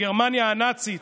לגרמניה הנאצית